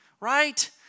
right